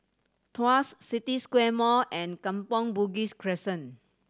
Tuas City Square Mall and Kampong Bugis Crescent